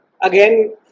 again